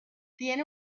tiene